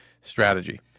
strategy